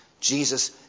Jesus